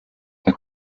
der